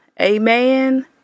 amen